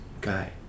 Guy